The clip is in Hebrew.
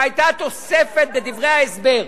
היתה תוספת בדברי ההסבר,